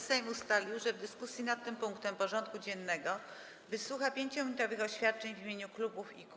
Sejm ustalił, że w dyskusji nad tym punktem porządku dziennego wysłucha 5-minutowych oświadczeń w imieniu klubów i